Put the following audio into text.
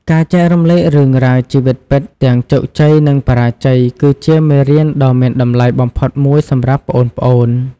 ការចែករំលែករឿងរ៉ាវជីវិតពិត ទាំងជោគជ័យ និងបរាជ័យ គឺជាមេរៀនដ៏មានតម្លៃបំផុតមួយសម្រាប់ប្អូនៗ។